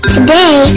Today